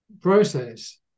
process